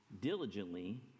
diligently